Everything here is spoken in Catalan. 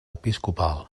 episcopal